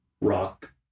rock